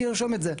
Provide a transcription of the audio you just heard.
שירשום את זה.